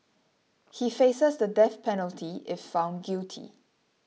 he faces the death penalty if found guilty